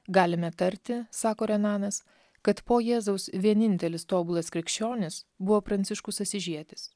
galime tarti sako renanas kad po jėzaus vienintelis tobulas krikščionis buvo pranciškus asyžietis